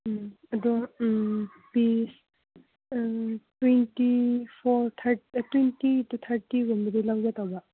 ꯎꯝ ꯑꯗꯨ ꯎꯝ piece twenty four twenty two ꯊꯥꯔꯇꯤꯒꯨꯝꯕꯗꯤ ꯂꯧꯒꯦ ꯇꯧꯕ